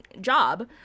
job